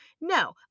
No